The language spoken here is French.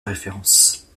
référence